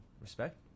respect